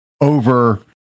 over